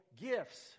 gifts